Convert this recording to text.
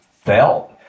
felt